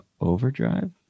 overdrive